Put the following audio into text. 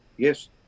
Yes